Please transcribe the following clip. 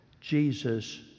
Jesus